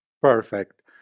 perfect